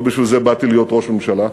לא בשביל זה באתי להיות ראש ממשלה.